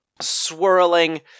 swirling